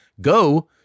go